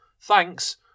Thanks